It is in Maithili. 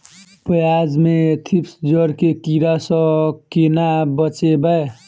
प्याज मे थ्रिप्स जड़ केँ कीड़ा सँ केना बचेबै?